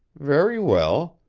very well.